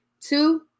two